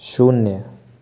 शून्य